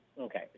Okay